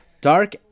dark